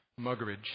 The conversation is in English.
Muggeridge